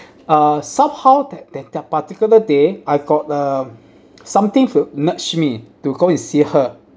uh somehow that that that particular day I got um something to nudge me to go and see her